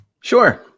Sure